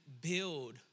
build